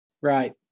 Right